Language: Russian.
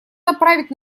направить